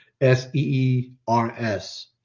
S-E-E-R-S